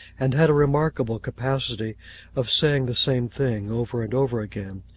and had a remarkable capacity of saying the same thing over and over again.